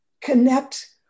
connect